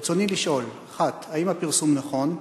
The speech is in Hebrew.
רצוני לשאול: 1. האם הפרסום נכון?